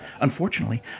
Unfortunately